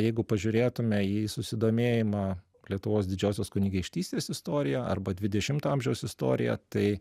jeigu pažiūrėtume į susidomėjimą lietuvos didžiosios kunigaikštystės istorija arba dvidešimto amžiaus istorija tai